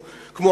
כמו